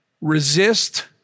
resist